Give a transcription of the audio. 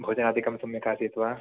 भोजनादिकं सम्यगासीत् वा